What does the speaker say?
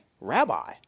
Rabbi